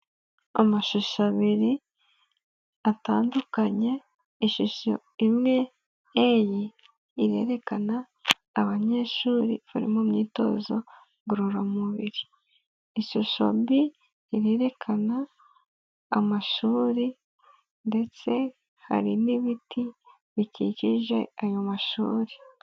Amashusho abiri atandukanye, ishusho imwe A, irerekana abanyeshuri bari mu myitozo ngororamubiri, ishusho B, irerekana amashuri, ndetse hari n ibiti bikikije ayo mashuri.